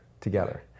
together